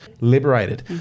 Liberated